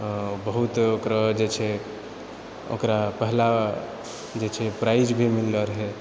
हँ बहुत ओकरो जे छै ओकरा पहिला जे छै प्राइज भी मिललो रहै